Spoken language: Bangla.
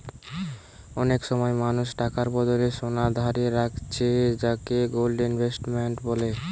অনেক সময় মানুষ টাকার বদলে সোনা ধারে রাখছে যাকে গোল্ড ইনভেস্টমেন্ট বলে